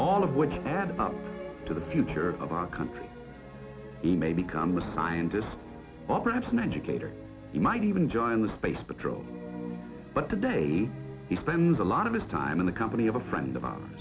all of which add up to the future of our country he may become a scientist or perhaps an educator he might even join the space patrol but today he spends a lot of his time in the company of a friend